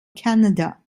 canada